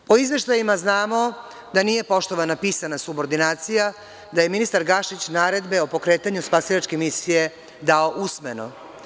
Po izveštajima znamo da nije poštovana pisana subordinacija, da je ministar Gašić naredbe o pokretanju spasilačke misije dao usmeno.